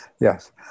Yes